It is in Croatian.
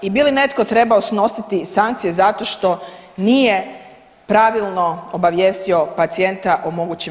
I bi li netko trebao snositi sankcije zato što nije pravilno obavijestio pacijenta o mogućim